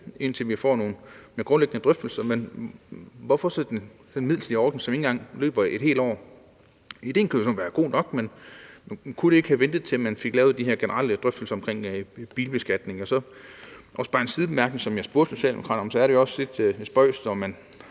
indtil vi får nogle mere grundlæggende drøftelser, men hvorfor så den midlertidige ordning, som ikke engang løber et helt år? Ideen kan jo såmænd være god nok, men kunne det ikke have ventet, til man fik lavet de her generelle drøftelser omkring bilbeskatningen? Så har jeg også bare en sidebemærkning i forhold til noget, som jeg spurgte Socialdemokraterne om. Det er jo også lidt spøjst,